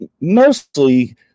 mostly